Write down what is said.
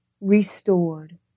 restored